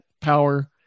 power